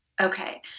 Okay